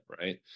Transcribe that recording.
right